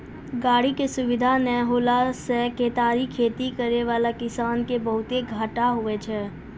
गाड़ी के सुविधा नै होला से केतारी खेती करै वाला किसान के बहुते घाटा हुवै छै